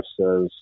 says